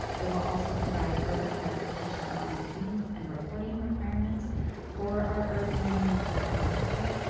it will also provide further clarification on attendance and reporting requirements for our early learning and care contractors.